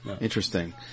Interesting